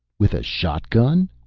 with a shotgun?